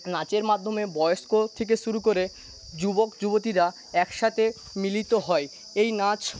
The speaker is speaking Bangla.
নাচের মাধ্যমে বয়স্ক থেকে শুরু করে যুবক যুবতীরা একসাথে মিলিত হয় এই নাচ